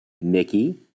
Mickey